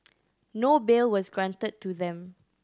no bail was granted to them